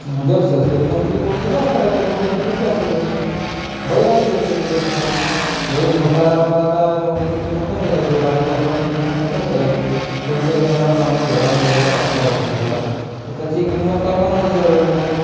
Jersey असली तर मग तिची थोडीशी जास्त राहते काहून का तर ती दूध जास्त देते बैलाच्याही किमती तशाच आहेत बैल म्हातारा असला का तर मग त्याची किंमत कमी राहते बारीक असला त्याची किंमत कमी राहते तोच जर एखादा चांगला जवान बैल आहे पाचसहा वर्षांचा तर त्याची किंमत काय पन्नासही हजार रुपये आहे